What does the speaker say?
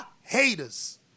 haters